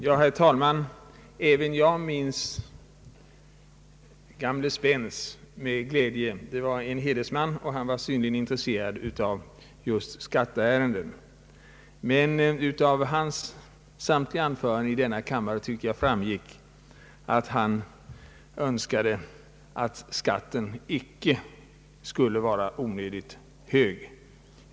Herr talman! Även jag minns herr Spetz med glädje. Det var en hedersman, och han var synnerligen intresserad av just skatteärenden. Men av hans samtliga anföranden i denna kammare tycker jag framgick att han önskade att skatten icke skulle vara onödigt hög.